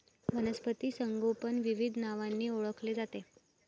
वनस्पती संगोपन विविध नावांनी ओळखले जाते